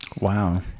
Wow